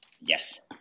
Yes